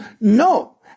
no